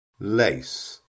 Lace